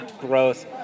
Gross